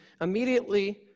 immediately